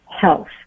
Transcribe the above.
health